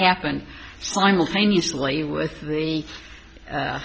happened simultaneously with the a